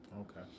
okay